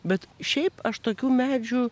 bet šiaip aš tokių medžių